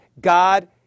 God